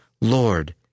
Lord